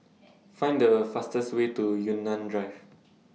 Find The fastest Way to Yunnan Drive